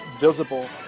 visible